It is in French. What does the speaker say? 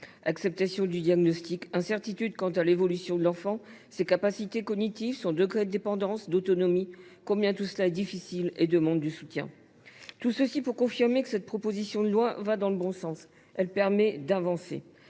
Acceptation du diagnostic, incertitudes quant à l’évolution de l’enfant et de ses capacités cognitives, son degré de dépendance et d’autonomie, tout cela est difficile et appelle un soutien. Tout cela pour confirmer que cette proposition de loi va dans le bon sens et permet d’avancer.